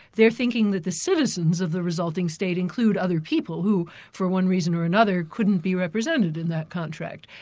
they're thinking that the citizens of the resulting state include other people, who for one reason or another couldn't be represented in that contract,